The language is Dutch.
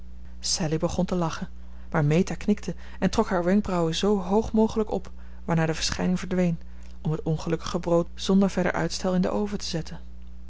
sallie begon te lachen maar meta knikte en trok haar wenkbrauwen zoo hoog mogelijk op waarna de verschijning verdween om het ongelukkige brood zonder verder uitstel in den oven te zetten